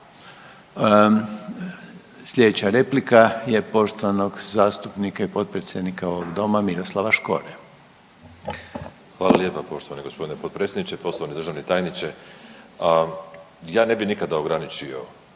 Slijedeća replika je poštovanog zastupnika i potpredsjednika ovog doma Miroslava Škore. **Škoro, Miroslav (Nezavisni)** Hvala lijepa poštovani g. potpredsjedniče. Poštovani državni tajniče, ja ne bi nikada ograničio